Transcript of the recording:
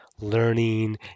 learning